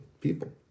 people